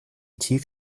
tief